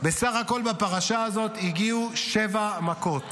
בסך הכול בפרשה הזאת הגיעו שבע מכות.